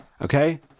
Okay